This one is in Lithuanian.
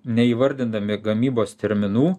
neįvardindami gamybos terminų